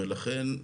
ולכן,